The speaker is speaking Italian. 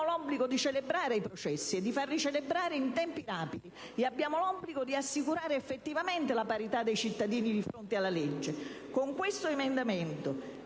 l'obbligo di celebrare i processi, e di farli celebrare in tempi rapidi, e abbiamo l'obbligo di assicurare effettivamente la parità dei cittadini di fronte alla legge. Invece, da una